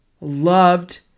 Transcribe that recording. loved